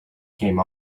came